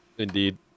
Indeed